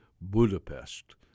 Budapest